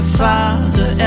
father